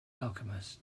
alchemist